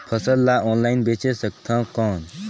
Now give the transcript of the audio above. फसल ला ऑनलाइन बेचे सकथव कौन?